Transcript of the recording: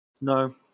No